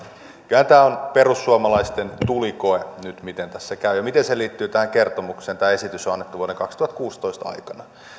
kyllähän tämä on perussuomalaisten tulikoe nyt miten tässä käy ja miten se liittyy tähän kertomukseen tämä esitys on annettu vuoden kaksituhattakuusitoista aikana